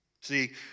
See